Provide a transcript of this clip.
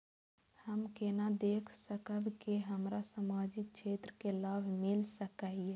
हम केना देख सकब के हमरा सामाजिक क्षेत्र के लाभ मिल सकैये?